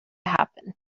happen